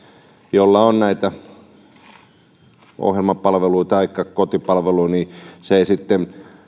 jolla on ohjelmapalvelua taikka kotipalvelua ei sitten